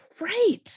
Right